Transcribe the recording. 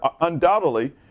undoubtedly